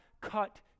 cut